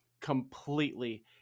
completely